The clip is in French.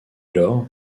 lors